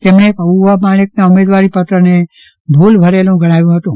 તેમણે પબુભા માણેકના ઉમેવારીપત્રને ભૂરભરેલું ગણાવ્યું હતું